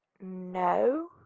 No